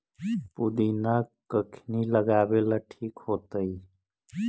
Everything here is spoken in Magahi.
पुदिना कखिनी लगावेला ठिक होतइ?